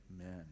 Amen